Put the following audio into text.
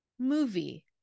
movie